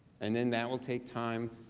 and then that will take time,